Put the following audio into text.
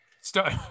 Start